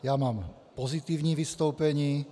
Já mám pozitivní vystoupení.